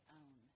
own